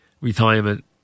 retirement